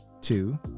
two